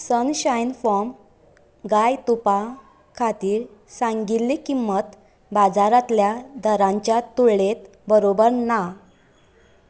sunshine farm गाय तुपां खातीर सांगिल्ली किंमत बाजारातल्या दरांच्या तुळनेत बरोबर ना